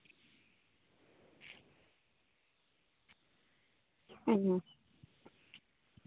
ᱦᱩᱸ